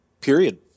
period